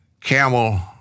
camel